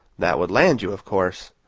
that would land you, of course.